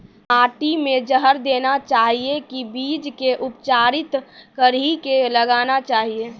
माटी मे जहर देना चाहिए की बीज के उपचारित कड़ी के लगाना चाहिए?